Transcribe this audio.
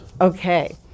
Okay